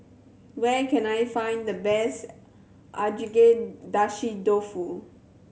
where can I find the best Agedashi Dofu